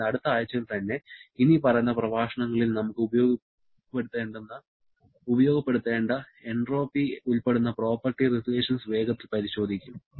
അതിനാൽ അടുത്ത ആഴ്ചയിൽ തന്നെ ഇനിപ്പറയുന്ന പ്രഭാഷണങ്ങളിൽ നമുക്ക് ഉപയോഗപ്പെടുത്തേണ്ട എൻട്രോപ്പി ഉൾപ്പെടുന്ന പ്രോപ്പർട്ടി റിലേഷൻസ് വേഗത്തിൽ പരിശോധിക്കും